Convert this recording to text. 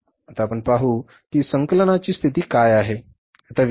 आता आपण पाहू की संकलनाची स्थिती काय आहे